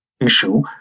issue